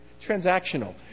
Transactional